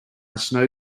snow